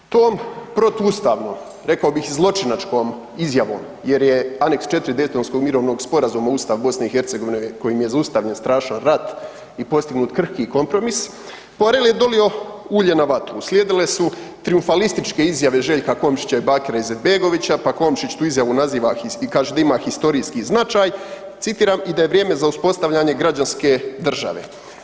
Tom protuustavnom, rekao bih zločinačkom izjavom jer je aneks 4. Daytonskog mirovnog sporazuma Ustav BiH kojim je zaustavljen strašan rat i postignut krhki kompromis, Poirel je dolio ulje na vatru, uslijedile su trijumfalističke izjave Željka Komšića i Bakira Izetbegovića, pa Komšić tu izjavu naziva i kaže da ima historijski značaj i citiram „ i da je vrijeme za uspostavljanje građanske države“